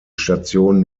station